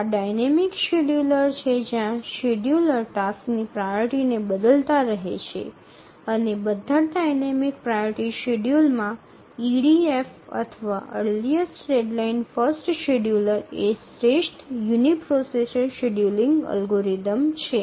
આ dynamic scheduler છે જ્યાં શેડ્યૂલર ટાસક્સની પ્રાઓરિટીને બદલતા રહે છે અને બધા ડાઇનેમિક પ્રાયોરિટી શેડ્યુલરમાં ઇડીએફ અથવા અર્લીઅસ્ટ ડેડલાઇન ફર્સ્ટ શેડ્યૂલર એ શ્રેષ્ઠ યુનિપ્રોસેસર શેડ્યૂલર અલ્ગોરિધમ છે